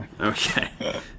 Okay